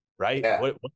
Right